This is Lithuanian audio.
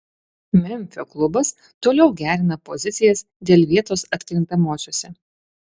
memfio klubas toliau gerina pozicijas dėl vietos atkrintamosiose